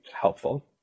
helpful